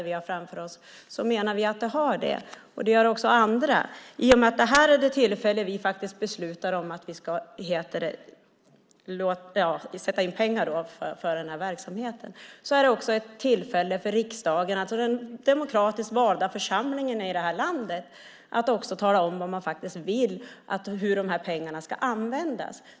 Vi menar att det har det. Det gör också andra. Det här är det tillfälle vi beslutar om att sätta in pengar för verksamheten. Det är också ett tillfälle för riksdagen - den demokratiskt valda församlingen i det här landet - att tala om hur pengarna ska användas.